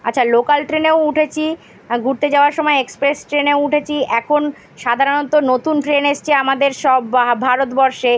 আচ্ছা লোকাল ট্রেনেও উঠেছি আর ঘুরতে যাওয়ার সময় এক্সপ্রেস ট্রেনেও উঠেছি এখন সাধারণত নতুন ট্রেন এসেছে আমাদের সব ভারতবর্ষে